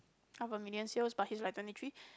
half a million sales but he's like twenty three